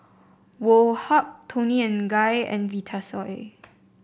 Woh Hup Toni and Guy and Vitasoy